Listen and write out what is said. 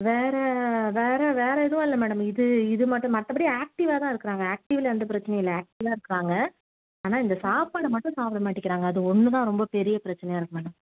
வேறு வேறு வேறு எதுவும் இல்லை மேடம் இது இது மட்டும் மற்றபடி ஆக்டிவாகதான் இருக்கிறாங்க ஆக்டிவில் எந்தப் பிரச்சினையும் இல்லை ஆக்டிவாக இருக்கிறாங்க ஆனால் இந்த சாப்பாடு மட்டும் சாப்பிட மாட்டேக்கிறாங்க அது ஒன்று தான் ரொம்ப பெரிய பிரச்சினையா இருக்குது மேடம்